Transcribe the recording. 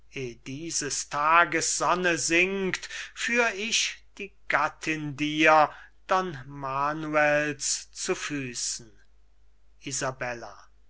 dieses tages sonne sinkt führ ich die gattin dir don manuels zu füßen